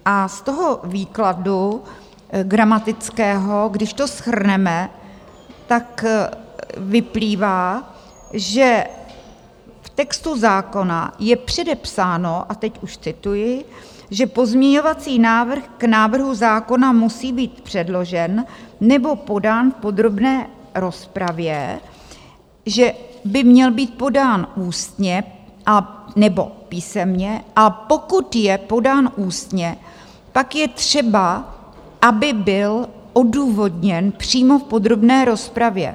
Z toho výkladu gramatického, když to shrneme, vyplývá, že v textu zákona je předepsáno, a teď už cituji, že pozměňovací návrh k návrhu zákona musí být předložen nebo podán v podrobné rozpravě, že by měl být podán ústně anebo písemně, a pokud je podán ústně, pak je třeba, aby byl odůvodněn přímo v podrobné rozpravě.